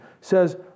says